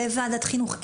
לוועדת החינוך,